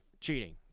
cheating